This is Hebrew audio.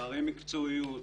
פערי מקצועיות,